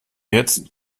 jetzt